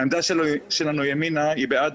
העמדה שלנו ימינה היא בעד